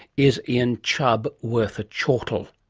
is ian chubb worth a chortle?